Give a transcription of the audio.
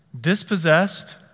dispossessed